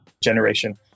generation